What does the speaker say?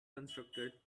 constructed